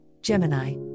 Gemini